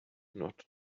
nord